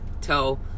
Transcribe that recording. tell